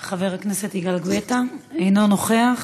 חבר הכנסת יגאל גואטה, אינו נוכח.